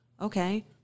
okay